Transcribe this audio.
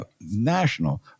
national